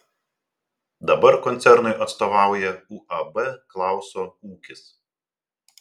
dabar koncernui atstovauja uab klauso ūkis